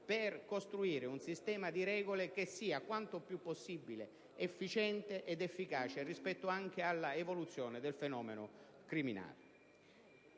per costruire un sistema di regole che sia quanto più possibile efficiente ed efficace rispetto all'evoluzione del fenomeno criminale.